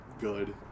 good